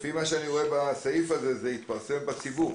לפי מה שאני רואה בסעיף הזה, זה התפרסם בציבור.